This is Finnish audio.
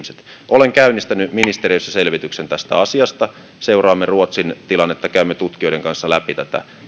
olen käynnistänyt ministeriössä selvityksen tästä asiasta seuraamme ruotsin tilannetta käymme tutkijoiden kanssa läpi tätä